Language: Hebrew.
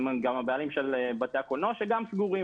אלה גם הבעלים של בתי הקולנוע שגם הם סגורים